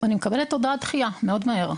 אני מקבלת הודעת דחייה מאוד מהר.